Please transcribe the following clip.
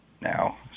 now